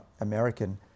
American